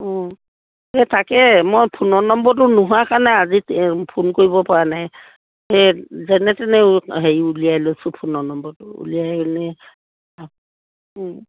তাকে মই ফোনৰ নম্বৰটো নোহোৱা কাৰণে আজি ফোন কৰিব পৰা নাই সেই যেনে তেনে হেৰি উলিয়াই লৈছোঁ ফোনৰ নম্বৰটো উলিয়াইনে